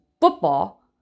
football